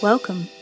Welcome